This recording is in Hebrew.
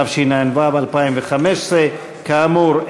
התשע"ו 2015. כאמור,